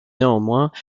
néanmoins